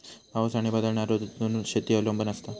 पाऊस आणि बदलणारो ऋतूंवर शेती अवलंबून असता